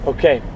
Okay